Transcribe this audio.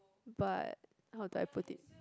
but how do I put it